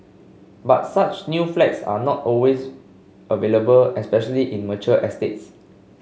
but such new flats are not always available especially in mature estates